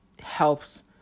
helps